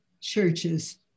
churches